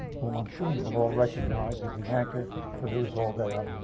whom i'm sure you will all recognize as the anchor producer all day on